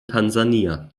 tansania